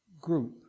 group